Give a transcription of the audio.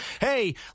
hey